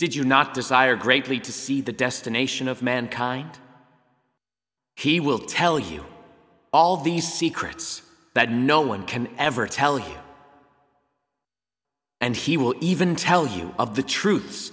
did you not desire greatly to see the destination of mankind he will tell you all the secrets that no one can ever tell you and he will even tell you of the truth